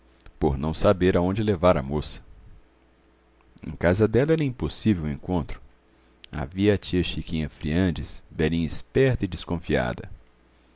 por não saber aonde levar a moça em casa dela era impossível um encontro havia a tia chiquinha friandes velhinha esperta e desconfiada